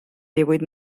divuit